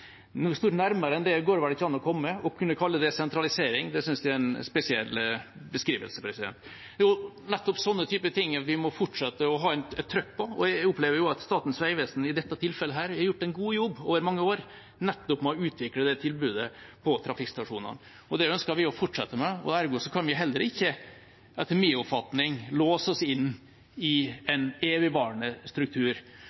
Noe stort nærmere enn det går det vel ikke an å komme. Å kalle det sentralisering syns jeg er en spesiell beskrivelse. Det er nettopp en sånn type ting vi må fortsette å ha et trykk på. Jeg opplever at Statens vegvesen i dette tilfellet har gjort en god jobb over mange år nettopp med å utvikle det tilbudet på trafikkstasjonene. Det ønsker vi å fortsette med. Ergo kan vi heller ikke, etter min oppfatning, låse oss inn i